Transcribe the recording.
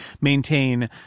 maintain